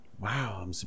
Wow